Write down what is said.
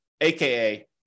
aka